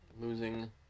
losing